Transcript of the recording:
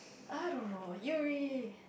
I don't know Yuri